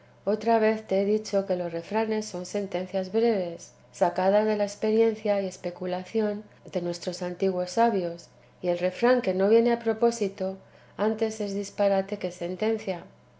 otra vez te he dicho que los refranes son sentencias breves sacadas de la experiencia y especulación de nuestros antiguos sabios y el refrán que no viene a propósito antes es disparate que sentencia